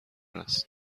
است